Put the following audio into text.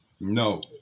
No